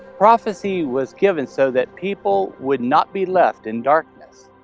prophecy was given so that people would not be left in darkness.